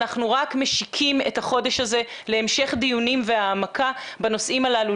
אנחנו רק משיקים את החודש הזה להמשך דיונים והעמקה בנושאים הללו,